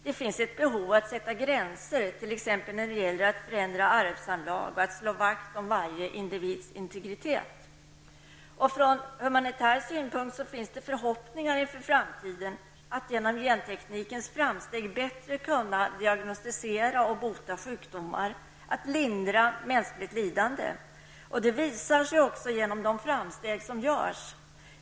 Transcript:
Det finns ett behov av att sätta gränser, t.ex. när det gäller att förändra arvsanlag och slå vakt om varje individs integritet. Från humanitär synpunkt finns det förhoppningar inför framtiden om att genom genteknikens framtid bättre kunna diagnostisera och bota sjukdomar samt att lindra mänskligt lidande. Det visar sig också genom de framsteg som görs.